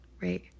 right